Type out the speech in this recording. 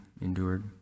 endured